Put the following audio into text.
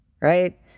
right